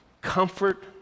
comfort